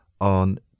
on